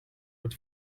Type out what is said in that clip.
with